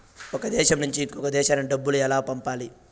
ఒక దేశం నుంచి ఇంకొక దేశానికి డబ్బులు ఎలా పంపాలి?